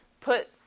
put